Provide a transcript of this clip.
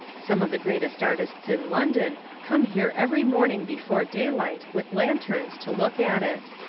some of the greatest artists in london come here every morning before daylight with lanterns to look at it.